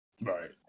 right